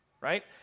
right